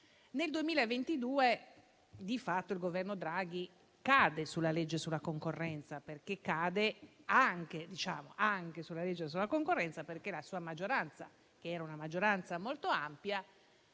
Nel 2022, di fatto, il Governo Draghi cade sulla legge sulla concorrenza. O meglio: cade anche sulla legge sulla concorrenza, perché la sua maggioranza, per quanto molto ampia,